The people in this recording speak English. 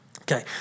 okay